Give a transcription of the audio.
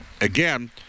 Again